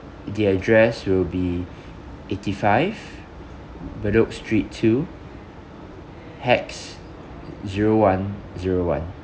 the address will be eighty five bedok street two hex zero one zero one